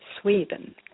Sweden